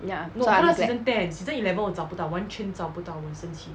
ya so I'm glad